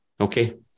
Okay